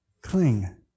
cling